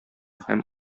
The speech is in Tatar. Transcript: һәм